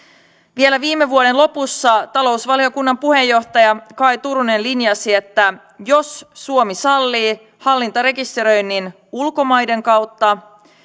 vielä viime vuoden lopussa talousvaliokunnan puheenjohtaja kaj turunen linjasi jos suomi sallii hallintarekisteröinnin ulkomaiden kautta